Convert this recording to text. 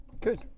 Good